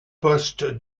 poste